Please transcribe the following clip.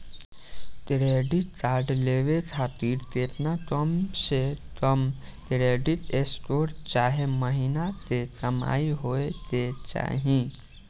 Credit card लेवे खातिर केतना कम से कम क्रेडिट स्कोर चाहे महीना के कमाई होए के चाही?